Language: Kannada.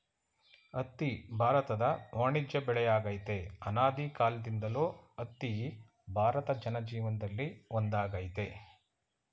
ಹತ್ತಿ ಭಾರತದ ವಾಣಿಜ್ಯ ಬೆಳೆಯಾಗಯ್ತೆ ಅನಾದಿಕಾಲ್ದಿಂದಲೂ ಹತ್ತಿ ಭಾರತ ಜನಜೀವನ್ದಲ್ಲಿ ಒಂದಾಗೈತೆ